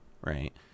right